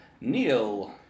Neil